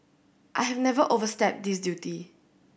I have never overstepped this duty